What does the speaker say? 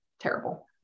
terrible